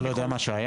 אתה לא יודע מה שהיה?